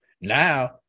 Now